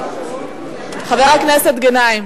חבר הכנסת גנאים,